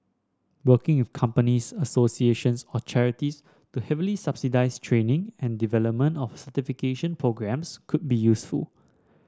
working with companies associations or charities to heavily subsidise training and development of certification programmes could be useful